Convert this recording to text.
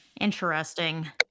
Interesting